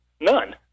None